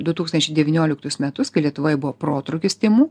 du tūkstančiai devynioliktus metus kai lietuvoj buvo protrūkis tymų